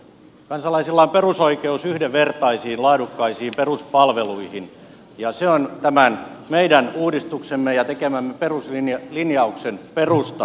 kansalaisilla on perusoikeus yhdenvertaisiin laadukkaisiin peruspalveluihin ja se on tämän meidän uudistuksemme ja tekemämme peruslinjauksen perusta ja tavoite